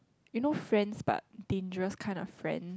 you know friends but dangerous kind of friend